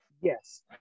Yes